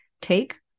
take